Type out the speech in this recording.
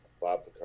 Bob